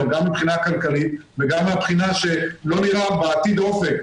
גם מבחינה כלכלית וגם מהבחינה שלא נראה בעתיד אופק.